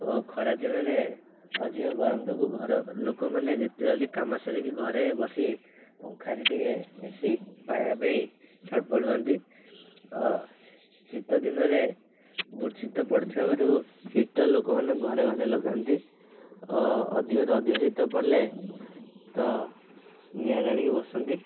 ଓ ଖରାଦିନରେ ଅଧିକ ଗରମ ଯୋଗୁ ଘର ଲୋକମାନେ ଯେତେ ଜଲଦି କାମ ସାରିକି ଘରେ ବସି ପଙ୍ଖାରେ ଟିକେ ଏସି ପାଇବା ପାଇଁ ଛଟପଟ ହୁଅନ୍ତି ଓ ଶୀତଦିନରେ ବହୁତ ଶୀତ ପଡ଼ିଥିବାରୁ ହିଟର୍ ଲୋକମାନେ ଘରେ ଘରେ ଲଗାନ୍ତି ଓ ଅଧିକରୁ ଅଧିକ ଶୀତ ପଡ଼ିଲେ ତ ନିଆଁ ଜାଳିକି ବସନ୍ତି